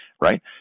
right